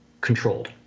controlled